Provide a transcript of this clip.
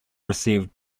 received